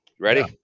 Ready